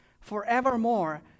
forevermore